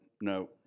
no